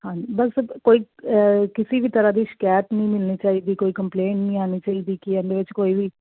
ਹਾਂਜੀ ਬਸ ਕੋਈ ਕਿਸੀ ਵੀ ਤਰ੍ਹਾਂ ਦੀ ਸ਼ਿਕਾਇਤ ਨਹੀਂ ਮਿਲਣੀ ਚਾਹੀਦੀ ਕੋਈ ਕੰਪਲੇਨ ਨਹੀਂ ਆਣੀ ਚਾਹੀਦੀ ਕਿ ਇਹਦੇ ਵਿੱਚ ਕੋਈ ਵੀ